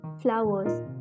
flowers